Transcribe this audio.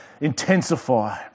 Intensify